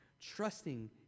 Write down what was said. Trusting